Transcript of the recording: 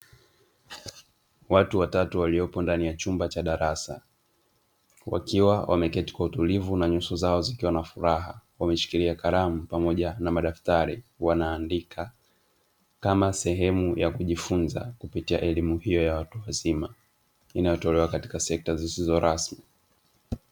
Watu watatu waliopo ndani ya chumba cha darasa wakiwa wameketi kwa utulivu na nyuso zao zikiwa na furaha wameshikilia kalamu pamoja na madaftari wanaandika, kama sehemu ya kujifunza kupitia elimu hiyo ya watu wazima inayotolewa katika sekta zisizo rasmi.